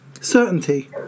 certainty